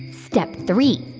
step three,